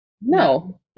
No